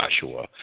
Joshua